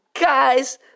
Guys